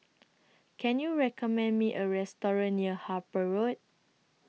Can YOU recommend Me A Restaurant near Harper Road